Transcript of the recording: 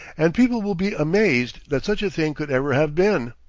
and people will be amazed that such a thing could ever have been.